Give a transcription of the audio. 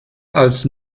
als